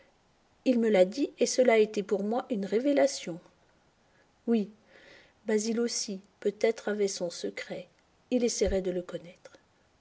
il me l'a dit et cela a été pour moi une révélation oui basil aussi peut-être avait son secret essaierait de le connaître